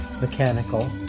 mechanical